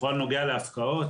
בכל הנוגע להפקעות,